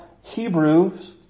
Hebrews